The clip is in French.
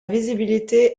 visibilité